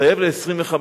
התחייב ל-25 שנה,